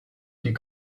die